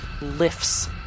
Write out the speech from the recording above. lifts